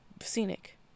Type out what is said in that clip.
scenic